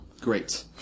Great